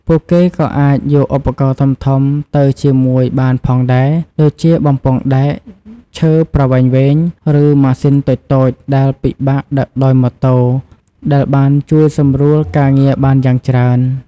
ពួកគេក៏អាចយកឧបករណ៍ធំៗទៅជាមួយបានផងដែរ ដូចជាបំពង់ដែក ឈើប្រវែងវែង ឬម៉ាស៊ីនតូចៗដែលពិបាកដឹកដោយម៉ូតូ ដែលបានជួយសម្រួលការងារបានយ៉ាងច្រើន។